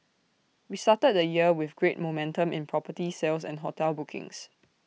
we started the year with great momentum in property sales and hotel bookings